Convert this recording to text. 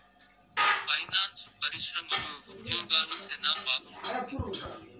finance పరిశ్రమలో ఉద్యోగాలు సెనా బాగుంటుంది